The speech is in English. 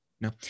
No